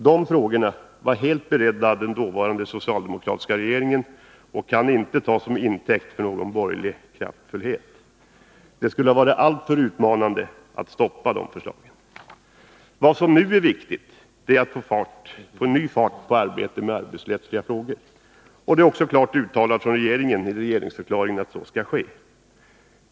Dessa frågor var helt beredda av den förutvarande socialdemokratiska regeringen och kan inte tas till intäkt för någon borgerlig kraftfullhet. Det skulle ha varit alltför utmanande att stoppa dessa förslag. Vad som nu är viktigt är att få ny fart på arbetet med de arbetsrättsliga frågorna. Det är också klart uttalat från regeringen i regeringsförklaringen att så skall ske.